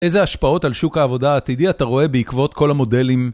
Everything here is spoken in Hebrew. איזה השפעות על שוק העבודה העתידי אתה רואה בעקבות כל המודלים?